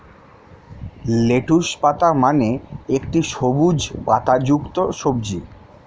lettuce পাতা মানে একটি সবুজ পাতাযুক্ত সবজি